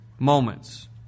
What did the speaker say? moments